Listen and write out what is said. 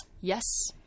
Yes